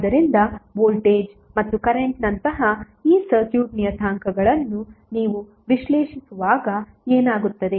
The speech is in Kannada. ಆದ್ದರಿಂದ ವೋಲ್ಟೇಜ್ ಮತ್ತು ಕರೆಂಟ್ ನಂತಹ ಈ ಸರ್ಕ್ಯೂಟ್ ನಿಯತಾಂಕಗಳನ್ನು ನೀವು ವಿಶ್ಲೇಷಿಸುವಾಗ ಏನಾಗುತ್ತದೆ